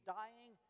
dying